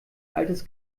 altes